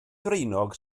ddraenog